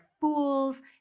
fools